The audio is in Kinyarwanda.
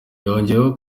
yongeyeho